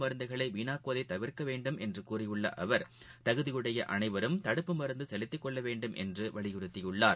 மருந்துகளைவீணாக்குவதைதவிர்க்கவேண்டும் Covid கடுப்ப என்றுகூறியுள்ளஅவர் தகுதியுடையஅனைவரும் தடுப்பு மருந்துசெலுத்திக் கொள்ளவேண்டும் என்றுவலியுறத்தியுள்ளார்